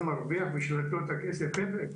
מרוויח בשביל לתת לו את הכסף חבר'ה,